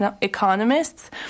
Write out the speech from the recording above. economists